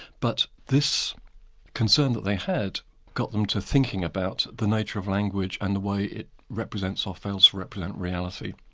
but this concern that they had got them to thinking about the nature of language and the way it represents, or fails to represent, reality.